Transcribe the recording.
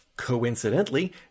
coincidentally